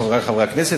חברי חברי הכנסת,